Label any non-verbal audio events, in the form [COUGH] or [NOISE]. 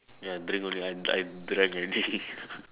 ya drink only I I drank already [LAUGHS]